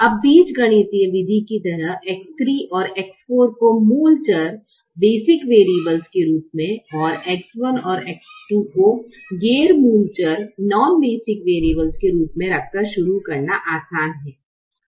अब बीजगणितीय विधि की तरह X3 और X4 को मूल चर के रूप में और X1 और X2 को गैर मूल चर के रूप में रख कर शुरू करना आसान है